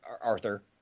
Arthur